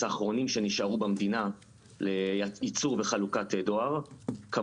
האחרונים שנשארו במדינה לייצור וחלוקת דואר.